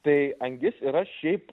tai angis yra šiaip